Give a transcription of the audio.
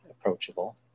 approachable